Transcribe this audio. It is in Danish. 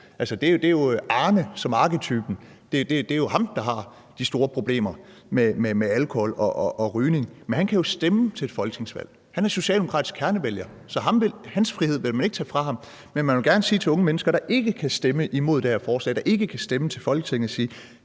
det er jo Arne som arketypen. Det er jo ham, der har de store problemer med alkohol og rygning. Men han kan jo stemme til folketingsvalg. Han er socialdemokratisk kernevælger, så hans frihed vil man ikke tage fra ham. Men man vil gerne sige til unge mennesker, der ikke kan stemme imod det her forslag, ikke kan stemme til Folketinget, at de